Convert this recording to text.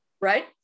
right